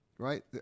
right